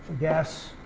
gas